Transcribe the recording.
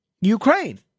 Ukraine